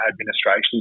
administration